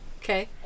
Okay